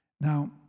Now